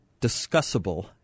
discussable